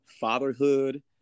fatherhood